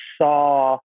saw